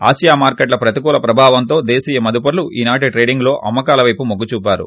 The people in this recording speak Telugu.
ఆసియా మార్కెట్ల ప్రతికూల ప్రభావంతో దేశీయ మదుపర్లు ఈ నాటి ట్రేడింగ్లో అమ్మకాల పేపు మొగ్గుచూపారు